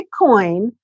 Bitcoin